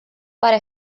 para